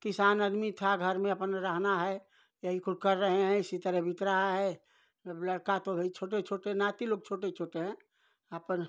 किसान आदमी था घर में अपने रहना है यही तो कर रहे हैं इसी तरह बीत रहा है अब लड़का तो वही छोटे छोटे नाती लोग छोटे छोटे हैं अपने